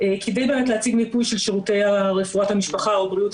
כדי להציג מיפוי של שירותי רפואת המשפחה או בריאות